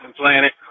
Planet